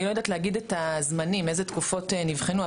אני לא יודעת להגיד איזה תקופות נבחנו,